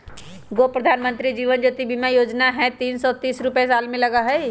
गो प्रधानमंत्री जीवन ज्योति बीमा योजना है तीन सौ तीस रुपए साल में लगहई?